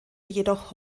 jedoch